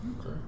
Okay